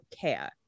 care